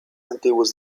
antiguos